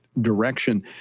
direction